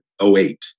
08